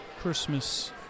Christmas